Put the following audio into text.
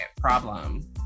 problem